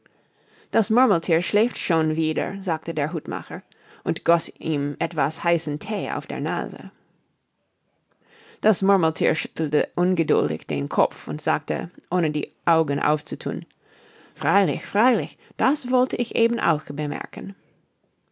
das murmelthier schläft schon wieder sagte der hutmacher und goß ihm etwas heißen thee auf die nase das murmelthier schüttelte ungeduldig den kopf und sagte ohne die augen aufzuthun freilich freilich das wollte ich eben auch bemerken